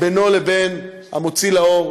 בינו לבין המוציא לאור